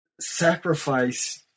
sacrifice